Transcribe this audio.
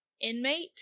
inmate